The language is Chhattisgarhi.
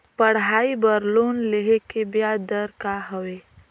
पढ़ाई बर लोन लेहे के ब्याज दर का हवे?